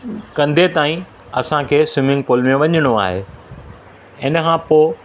कंधे ताईं असांखे स्विमींग पूल में वञिणो आहे ऐं हिन खां पोइ